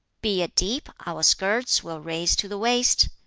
be it deep, our skirts we'll raise to the waist,